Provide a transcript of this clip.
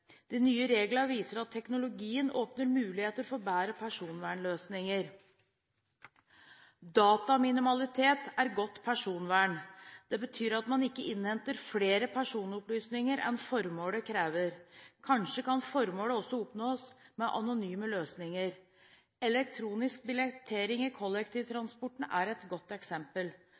De nye reglene viser at teknologien åpner muligheter for bedre personvernløsninger. Dataminimalitet er godt personvern. Det betyr at man ikke innhenter flere personopplysninger enn formålet krever. Kanskje kan formålet også oppnås med anonyme løsninger. Elektronisk billettering i kollektivtransporten er et godt eksempel.